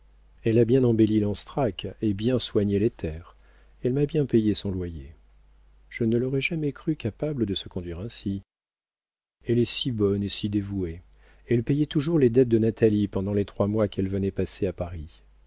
elle a bien embelli lanstrac et bien soigné les terres elle m'a bien payé son loyer je ne l'aurais jamais crue capable de se conduire ainsi elle est si bonne et si dévouée elle payait toujours les dettes de natalie pendant les trois mois qu'elle venait passer à paris